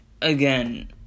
Again